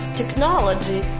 technology